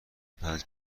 پنج